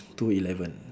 two eleven